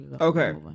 Okay